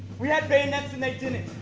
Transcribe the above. we had bayonets and they didn't.